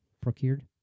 Procured